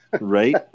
Right